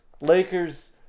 Lakers